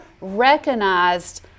recognized